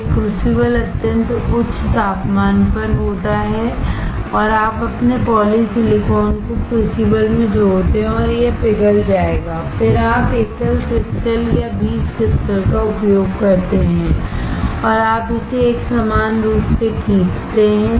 यह क्रूसिबल अत्यंत उच्च तापमान पर होता है और आप अपने पॉलीसिलिकॉन को क्रूसिबल में जोड़ते हैं और यह पिघल जाएगा फिर आप एकल क्रिस्टल या बीज क्रिस्टल का उपयोग करते हैं और आप इसे एक समान रूप से खींचते हैं